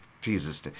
Jesus